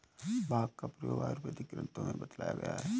भाँग का प्रयोग आयुर्वेदिक ग्रन्थों में बतलाया गया है